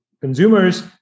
consumers